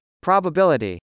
Probability